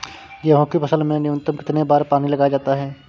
गेहूँ की फसल में न्यूनतम कितने बार पानी लगाया जाता है?